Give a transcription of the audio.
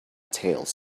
tales